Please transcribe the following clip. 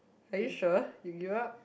are you sure you give up